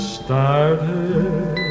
started